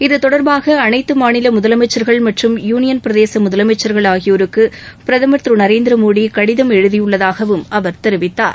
இத்தொடர்பாக அனைத்து மாநில முதலமைச்சர்கள் மற்றும் யூனியன் பிரதேச முதலமைச்சர்கள் ஆகியோருக்கு பிரதமர் திரு நரேந்திர மோடி கடிதம் எழுதியுள்ளதாகவும் அவர் தெரிவித்தார்